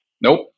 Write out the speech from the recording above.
Nope